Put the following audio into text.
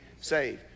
saved